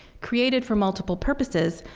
created for multiple purposes,